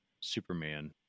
Superman